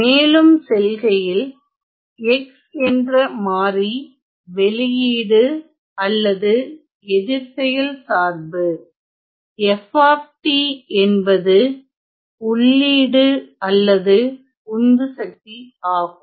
மேலும் செல்கையில் x என்ற மாறி வெளியீடு அல்லது எதிர்ச்செயல் சார்பு f என்பது உள்ளீடு அல்லது உந்து சக்தி ஆகும்